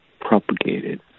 propagated